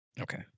Okay